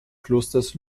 klosters